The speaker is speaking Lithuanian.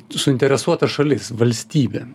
suinteresuota šalis valstybė